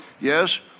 yes